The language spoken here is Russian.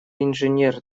инженер